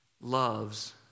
Loves